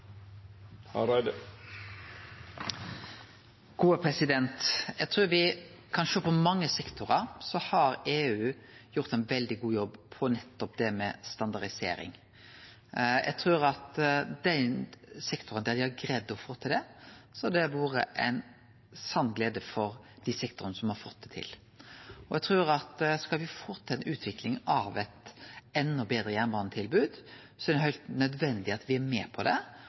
Eg trur at i mange sektorar har EU gjort ein veldig god jobb med standardisering. Eg trur at i dei sektorane dei har greidd å få til det, har det vore ei sann glede. Eg trur at skal me få til ei utvikling av eit enda betre jernbanetilbod, er det heilt nødvendig at me er med på det